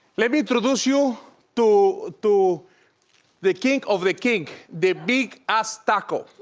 let me introduce you to to the kink of the kink the big ass taco.